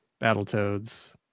Battletoads